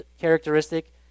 characteristic